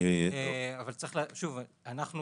שוב, אנחנו